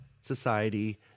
society